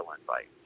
invite